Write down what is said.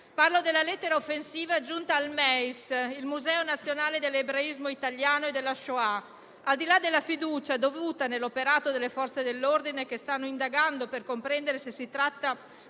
Parlo della lettera offensiva giunta al Museo nazionale dell'ebraismo italiano e della Shoah (MEIS). Al di là della fiducia dovuta all'operato delle Forze dell'ordine, che stanno indagando per comprendere se si tratta